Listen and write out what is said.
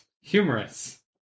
humorous